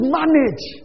manage